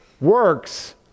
works